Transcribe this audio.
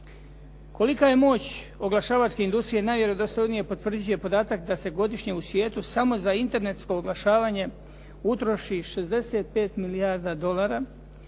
Kolika je moć oglašavačke industrije najvjerodostojnije potvrđuje podatak da se godišnje u svijetu samo za internetsko oglašavanje utroši 65 milijardi dolara,